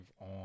on